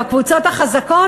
בקבוצות החזקות?